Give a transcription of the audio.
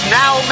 now